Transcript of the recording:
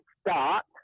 start